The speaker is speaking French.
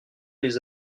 les